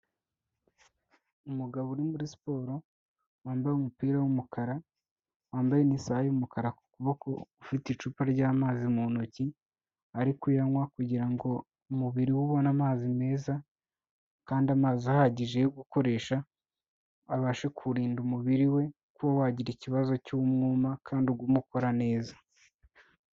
Umugabo uri muri siporo wambaye umupira w'umukara, wambaye n'isaha y'umukara ku kuboko, ufite icupa ry'amazi mu ntoki, ari kuyanywa kugira ngo umubiri we ubone amazi meza, kandi amazi ahagije yo gukoresha, abashe kurinda umubiri we kuba wagira ikibazo cy'umwuma kandi ugume ukora neza.